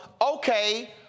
okay